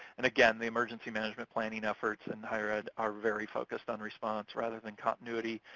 and again, the emergency management planning efforts in higher ed are very focused on response rather than continuity.